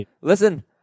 Listen